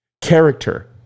Character